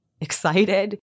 excited